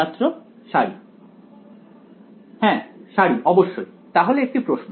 ছাত্র সারি হ্যাঁ সারি অবশ্যই তাহলে একটি প্রশ্ন